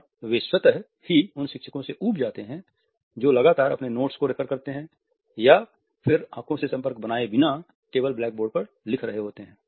और वे स्वतः ही उन शिक्षकों से ऊब जाते हैं जो लगातार अपने नोट्स को रेफेर करते हैं या आंखों से संपर्क बनाए बिना केवल ब्लैकबोर्ड पर लिख रहे होते हैं